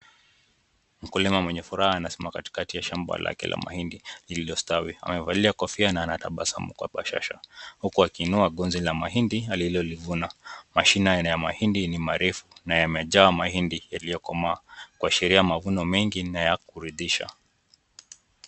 Mkulima mwenye furaha anasimama katikati ya shamba lake la mahindi lililostawi. Amevalia kofia na anatabasamu kwa bashasha. Huku akiinua gunzi la mahindi alilolivuna. Mashina ya mahindi ni marefu na yamejaa mahindi yaliyokomaa. Kwa sheria mavuno mengi na ya kuridhisha.